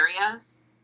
areas